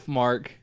mark